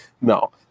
no